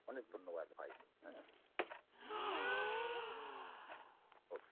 অনেক ধন্যবাদ ভাই হ্যাঁ ও কে